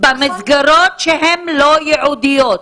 במסגרות שהן לא ייעודיות,